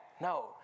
No